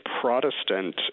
Protestant